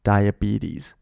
Diabetes